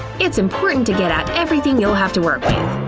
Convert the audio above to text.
it's important to get out everything you'll have to work with.